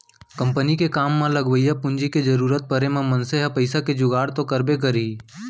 company के काम म लगवइया पूंजी के जरूरत परे म मनसे ह पइसा के जुगाड़ तो करबे करही